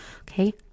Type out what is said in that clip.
Okay